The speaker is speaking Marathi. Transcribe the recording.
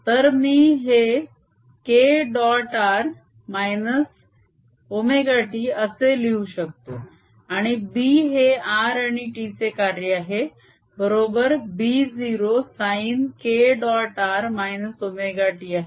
तर मी हे k डॉट r - ωt असे लिहू शकतो आणि b हे r आणि t चे कार्य आहे बरोबर b 0 sin k dot r ωt आहे